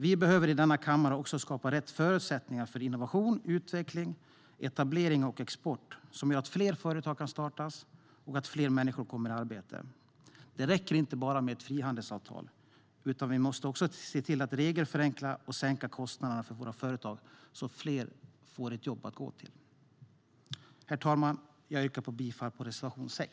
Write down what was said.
Vi behöver i denna kammare också skapa rätt förutsättningar för innovation, utveckling, etablering och export, som gör att fler företag kan startas och att fler människor kommer i arbete. Det räcker inte bara med frihandelsavtal, utan vi måste också se till att regelförenkla och sänka kostnaderna för våra företag så att fler får ett jobb att gå till. Herr talman! Jag yrkar bifall till reservation 6.